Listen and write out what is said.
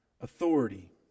authority